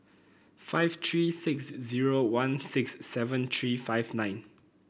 five three six zero one six seven three five nine